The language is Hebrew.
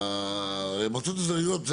הוועדה המקומית משכה את זה אליה ואמרה,